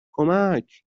کمک